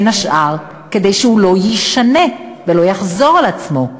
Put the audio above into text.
בין השאר כדי שהוא לא יישנה, לא יחזור על עצמו.